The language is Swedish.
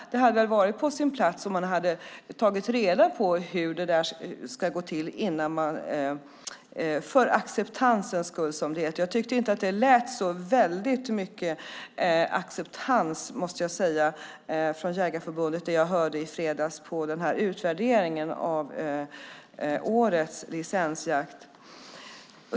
Det hade varit på sin plats om man hade tagit reda på hur det ska gå till innan, för acceptansens skull, som det heter. Jag tycker inte att det lät så väldigt mycket acceptans, måste jag säga, från Jägareförbundet apropå det jag hörde i fredags i samband med utvärderingen av årets licensjakt.